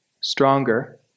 stronger